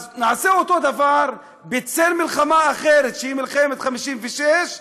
נעשה אותו הדבר בצל מלחמה אחרת, שהיא מלחמת 1956,